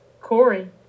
Corey